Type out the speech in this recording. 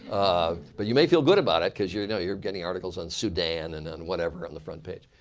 but you may feel good about it because you're you know you're getting articles on sudan and on whatever on the front page.